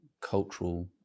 cultural